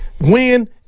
win